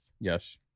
Yes